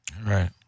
Right